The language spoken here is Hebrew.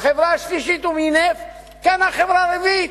בחברה השלישית הוא מינף וקנה חברה רביעית.